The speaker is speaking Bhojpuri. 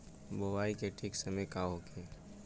बुआई के ठीक समय का होखे?